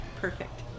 Perfect